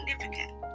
significant